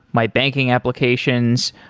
my banking applications.